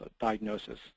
diagnosis